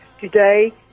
today